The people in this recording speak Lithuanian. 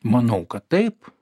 manau kad taip